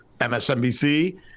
MSNBC